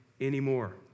anymore